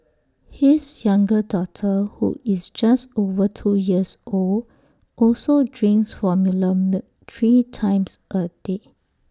his younger daughter who is just over two years old also drinks formula milk three times A day